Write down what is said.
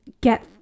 get